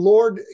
Lord